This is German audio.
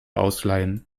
ausleihen